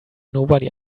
nobody